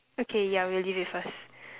okay yeah we'll leave it first